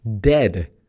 Dead